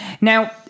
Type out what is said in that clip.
Now